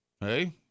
Hey